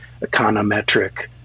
econometric